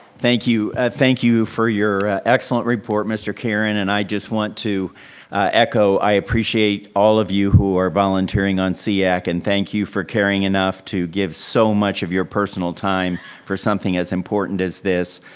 thank you. ah thank you for your excellent report mr. caron and and i just want to echo, i appreciate all of you who are volunteering on seac and thank you for caring enough to give so much of your personal time for something as important as this.